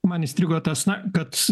man įstrigo tas na kad